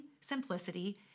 simplicity